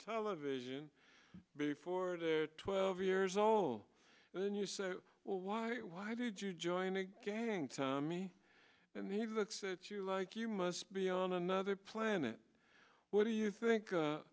television before to twelve years old and then you say well why why did you join a gang tommy and he looks at you like you must be on another planet what do you think